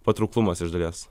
patrauklumas iš dalies